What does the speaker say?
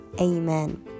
Amen